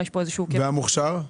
והמוכשר?